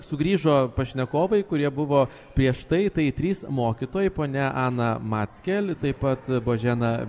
sugrįžo pašnekovai kurie buvo prieš tai trys mokytojai ponia ana mackel taip pat božena